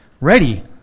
ready